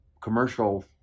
commercial